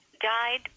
died